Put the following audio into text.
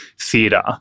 theatre